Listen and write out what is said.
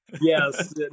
Yes